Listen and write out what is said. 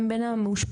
גם בין המאושפזים.